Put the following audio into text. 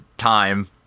time